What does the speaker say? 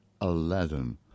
Aladdin